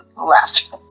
left